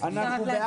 (ב1)